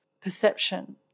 perception